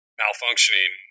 malfunctioning